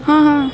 ہاں ہاں